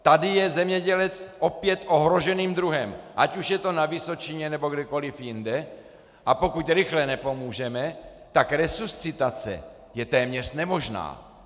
Tady je zemědělec opět ohroženým druhem, ať už je to na Vysočině, nebo kdekoliv jinde, a pokud rychle nepomůžeme, tak resuscitace je téměř nemožná.